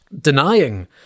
denying